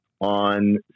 on